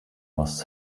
was